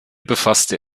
befasste